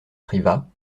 privas